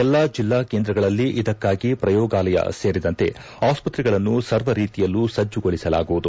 ಎಲ್ಲಾ ಜಿಲ್ಲಾ ಕೇಂದ್ರಗಳಲ್ಲಿ ಇದಕ್ಕಾಗಿ ಪ್ರಯೋಗಾಲಯ ಸೇರಿದಂತೆ ಆಸ್ಪತ್ರೆಗಳನ್ನು ಸರ್ವರೀತಿಯಲ್ಲೂ ಸಜ್ಜುಗೊಳಿಸಲಾಗುವುದು